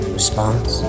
response